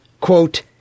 Quote